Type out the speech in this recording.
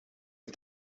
hun